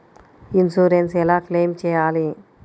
Insurance ఎలా claim చేయాలి?